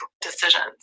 decisions